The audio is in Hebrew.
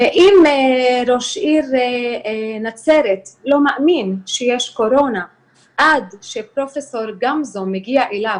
ואם ראש עיר נצרת לא מאמין שיש קורונה עד שפרופ' גמזו מגיע אליו,